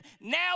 now